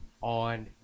on